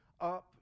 up